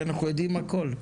שאנחנו יודעים הכל,